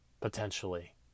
Potentially